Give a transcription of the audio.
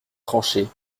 tranchées